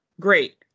Great